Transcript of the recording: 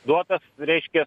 duotas reiškia